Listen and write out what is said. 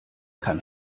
kann